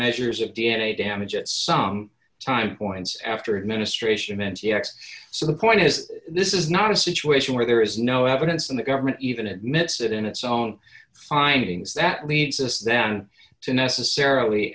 measures of d n a damage at some time points after administration meant yes so the point is this is not a situation where there is no evidence and the government even admits it in its own findings that leads us then to necessarily